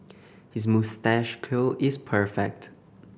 his moustache curl is perfect